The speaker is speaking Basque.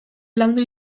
landu